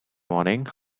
morning